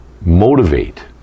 motivate